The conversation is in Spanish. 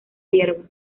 hierba